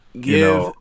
Give